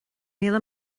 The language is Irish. míle